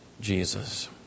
Jesus